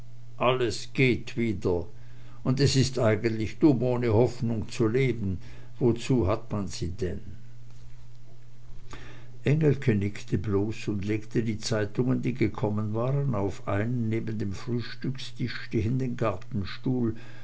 alles geht wieder und es ist eigentlich dumm ohne hoffnung zu leben wozu hat man sie denn engelke nickte bloß und legte die zeitungen die gekommen waren auf einen neben dem frühstückstisch stehenden gartenstuhl